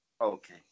Okay